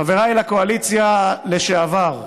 חבריי לקואליציה לשעבר,